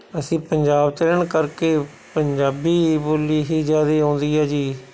ਅਸੀਂ ਪੰਜਾਬ ਚ ਰਹਿਣ ਕਰਕੇ ਪੰਜਾਬੀ ਬੋਲੀ ਹੀ ਜ਼ਿਆਦੇ ਆਉਂਦੀ ਹੈ ਜੀ